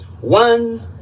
one